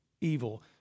evil